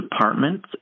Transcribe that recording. department